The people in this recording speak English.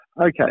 Okay